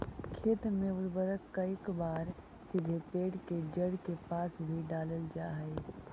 खेत में उर्वरक कईक बार सीधे पेड़ के जड़ के पास भी डालल जा हइ